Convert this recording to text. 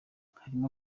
harimo